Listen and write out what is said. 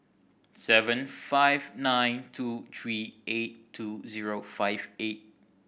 seven five nine two three eight two zero five eight